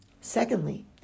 Secondly